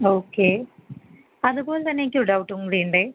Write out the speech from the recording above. okay അതുപോലെ തന്നെ എനിക്കൊരു ഡൗട്ടുങ്കൂടെയുണ്ടേ